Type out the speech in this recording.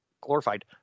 glorified